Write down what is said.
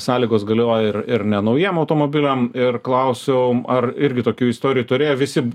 sąlygos galioja ir ir nenaujiem automobiliam ir klausiu ar irgi tokių istorijų turėjo visi